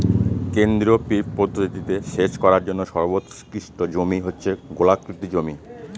কেন্দ্রীয় পিভট পদ্ধতিতে সেচ করার জন্য সর্বোৎকৃষ্ট জমি হচ্ছে গোলাকৃতি জমি